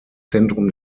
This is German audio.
zentrum